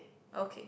okay